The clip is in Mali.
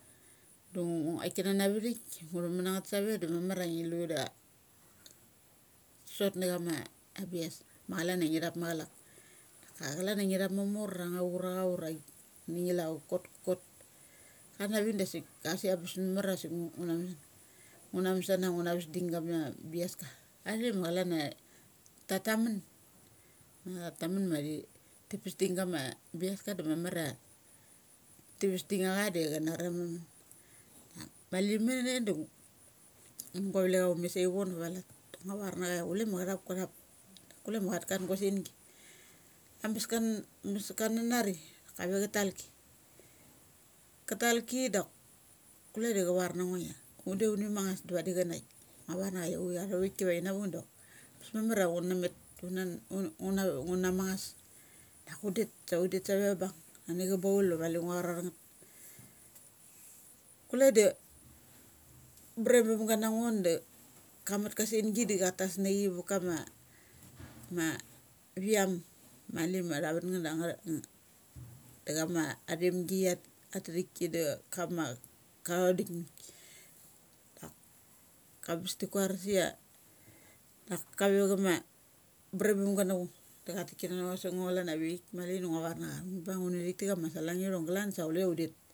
Do nguai kanana vathik ngu thaman a ngeth save da mamara ngi lu da sat na chama bias ma chalan a ngi thap macha lak. Daka chalan a ngi thap mamor angnga chur angngo char ach ura ni ngi la cha kat. kat. Klan avik dasik am bes mamar a sikngu, ngu na masana ngu na vas ding na chama bi as ka. A thema chalan ia tataman, a tatamun ma thithipas ding gama biaska da mamar a ti vas ding na cha da cha nari am atha mun. Da mali mane da ng ua vek cha um met sai vono va lat. Ngu var na cha ia chule ma cha thap kathap kule ma chat, chat na gua sengi. Am bes kun ambes kananari kave chatal ki. Ka ta ki dok kule da cha var na ngo ia, undet uni mangngas da vai cha naik. Ngus var na chais cha tha vathiki ina vuk da am bes mamar a chun na met, una, un na mang ngas. Dak undet, sa undet save va bung nani cha baulma malingua chra pangeth. Kule da bre bum ga na ngo da cha mut ka sengi da chatas na chi va kama, ma viam mali mathavat ngetha da nga, nga da chama athem gi atha athaithik ki da kama ka tho dik math ki. Dak ambes ti kuar asia dak kave cha ma brebum gana ngo da cha tik kana sangngo chalan avik mali du ngua varna cha ngu bung ngun na thik ta cha ma sa lang ithong galan sa chule un det.